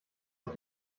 auf